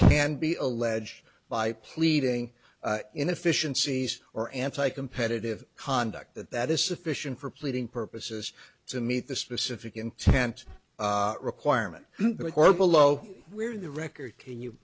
can be alleged by pleading inefficiencies or anti competitive conduct that that is sufficient for pleading purposes to meet the specific intent requirement or below where the record can you